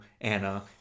Anna